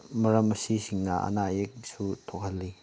ꯃꯔꯝ ꯑꯁꯤ ꯁꯤꯡꯅ ꯑꯅꯥ ꯑꯌꯦꯛꯁꯨ ꯊꯣꯛꯍꯜꯂꯤ